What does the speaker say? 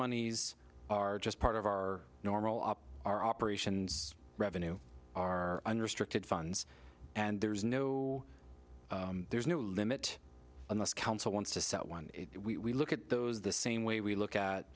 monies are just part of our normal our operations revenue our unrestricted funds and there's no there's no limit unless council wants to set one we look at those the same way we look at